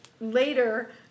later